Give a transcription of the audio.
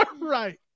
Right